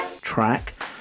track